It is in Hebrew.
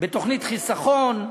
בתוכנית חיסכון,